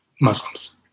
Muslims